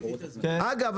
אגב,